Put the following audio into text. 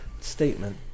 statement